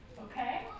Okay